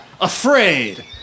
afraid